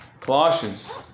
Colossians